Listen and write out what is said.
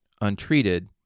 Untreated